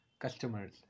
customers